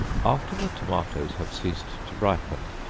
after the tomatoes have ceased to ripen,